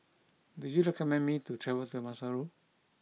do you recommend me to travel to Maseru